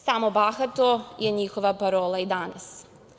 Samo bahato je njihova parola i danas.